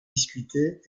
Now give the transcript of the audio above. discuté